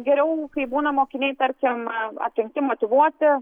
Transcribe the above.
geriau kai būna mokiniai tarkim atrinkti motyvuoti